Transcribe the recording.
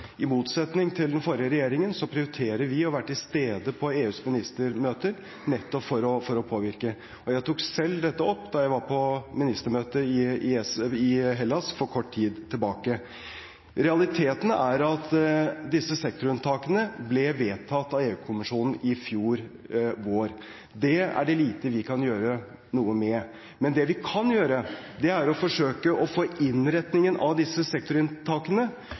I motsetning til den forrige regjeringen prioriterer vi å være til stede på EUs ministermøter, nettopp for å påvirke, og jeg tok selv dette opp da jeg var på ministermøtet i Hellas for kort tid tilbake. Realiteten er at disse sektorunntakene ble vedtatt av EU-kommisjonen i fjor vår. Det er det lite vi kan gjøre noe med. Men det vi kan gjøre, er å forsøke å få innretningen av disse